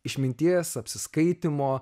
išminties apsiskaitymo